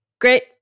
Great